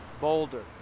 boulder